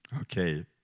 Okay